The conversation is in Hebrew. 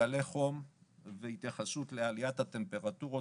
גלי חום והתייחסות לעליית הטמפרטורות,